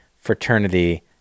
fraternity